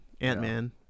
ant-man